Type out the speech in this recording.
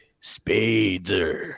Spader